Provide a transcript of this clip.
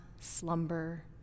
slumber